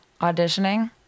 auditioning